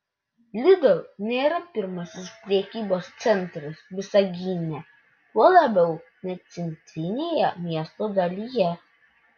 lidl nėra pirmasis prekybos centras visagine tuo labiau ne centrinėje miesto dalyje